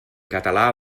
català